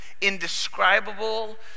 indescribable